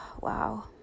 Wow